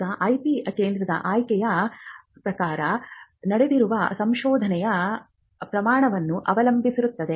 ಈಗ ಐಪಿ ಕೇಂದ್ರದ ಆಯ್ಕೆಯ ಪ್ರಕಾರ ನಡೆಯುತ್ತಿರುವ ಸಂಶೋಧನೆಯ ಪ್ರಮಾಣವನ್ನು ಅವಲಂಬಿಸಿರುತ್ತದೆ